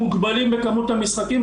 אנחנו מוגבלים בכמות המשחקים,